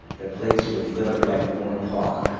the place was lit up like luna park.